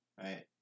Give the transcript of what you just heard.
Right